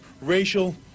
racial